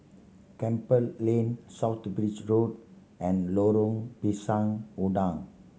Campbell Lane South Bridge Road and Lorong Pisang Udang